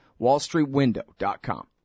WallStreetWindow.com